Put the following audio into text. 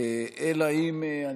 אלא אם כן,